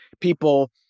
people